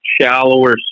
shallower